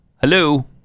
Hello